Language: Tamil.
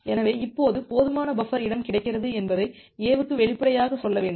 எனவே இப்போது போதுமான பஃபர் இடம் கிடைக்கிறது என்பதை A க்கு வெளிப்படையாகச் சொல்ல வேண்டும்